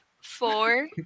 four